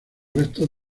restos